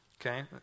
Okay